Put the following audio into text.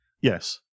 yes